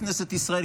בכנסת ישראל,